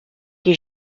qui